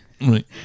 Right